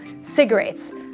cigarettes